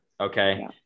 Okay